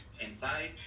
inside